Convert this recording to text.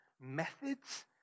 methods